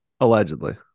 Allegedly